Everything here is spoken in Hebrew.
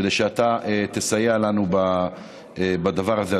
כדי שאתה תסייע לנו בדבר הזה,